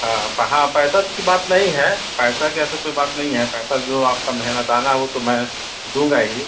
ہاں ہاں پیسہ تو کی بات نہیں ہے پیسہ کی ایسا کوئی بات نہیں ہے پیسہ جو آپ کا محنتانہ ہو تو میں دوں گا ہی